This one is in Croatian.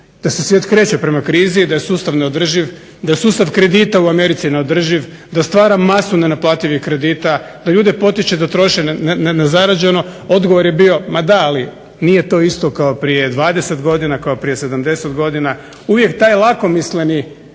da se svijet kreće prema krizi i da je sustav neodrživ, da je sustav kredita u Americi neodrživ, da stvara masu nenaplativih kredita, da ljude potiče da troše nezarađeno odgovor je bio ma da, ali nije to isto kao prije 20 godina, kao prije 70 godina. Uvijek taj lakomisleni